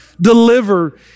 deliver